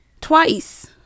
twice